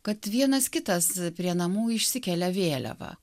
kad vienas kitas prie namų išsikelia vėliavą